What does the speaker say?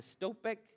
dystopic